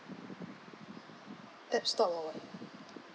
add stock or what